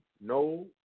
no